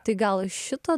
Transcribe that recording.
tai gal šito